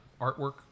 artwork